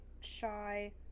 shy